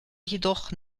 jedoch